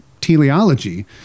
teleology